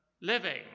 living